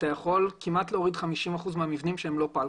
אפשר להוריד כמעט 50% מהמבנים שהם לא פלקל.